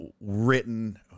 written